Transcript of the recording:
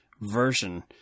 version